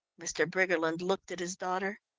mr. briggerland looked at his daughter.